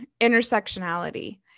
intersectionality